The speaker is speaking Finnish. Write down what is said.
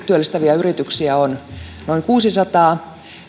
työllistäviä yrityksiä on noin kuusisataa